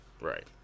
Right